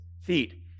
feet